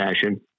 fashion